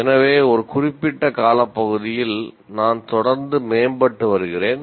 எனவே ஒரு குறிப்பிட்ட காலப்பகுதியில் நான் தொடர்ந்து மேம்பட்டு வருகிறேன்